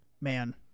Man